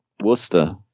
Worcester